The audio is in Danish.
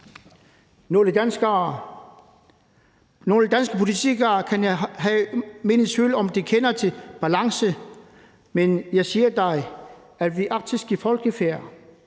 Nogle danske politikere kan jeg have min tvivl om kender til balance, men jeg siger dig, at vi arktiske folkefærd